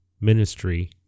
ministry